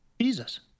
Jesus